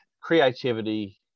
creativity